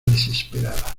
desesperada